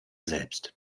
selbst